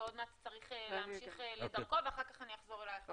ועוד מעט צריך להמשיך לדרכו ואחר כך אני אחזור אלייך,